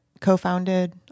Co-founded